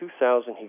2000